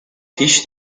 hiç